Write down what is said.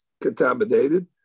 contaminated